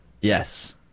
Yes